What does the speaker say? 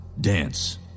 dance